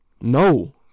no